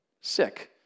sick